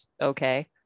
okay